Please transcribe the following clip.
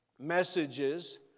messages